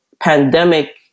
pandemic